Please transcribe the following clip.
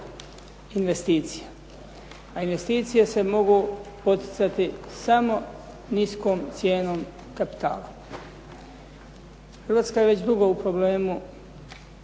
investicija, a investicije se mogu poticati samo niskom cijenom kapitala. Hrvatska je već dugo u problemu